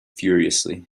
furiously